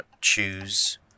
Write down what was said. choose